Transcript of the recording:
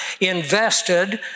invested